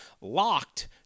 LOCKED